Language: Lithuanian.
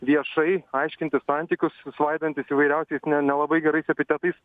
viešai aiškintis santykius svaidantis įvairiausiais ne nelabai gerais epitetais